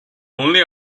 only